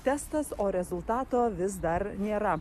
testas o rezultato vis dar nėra